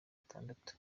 atandatu